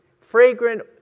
fragrant